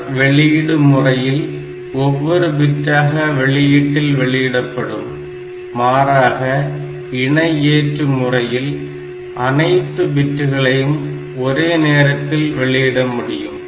தொடர் வெளியீட்டு மூறையில் ஒவ்வொரு பிட்டாக வெளியீட்டில் வெளியிடப்படும் மாறாக இணை ஏற்று முறையில் அனைத்து பிட்டுகளையும் ஒரே நேரத்தில் வெளியிட முடியும்